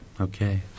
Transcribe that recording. Okay